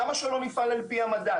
למה שלא נפעל על פי המדע,